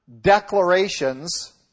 declarations